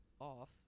off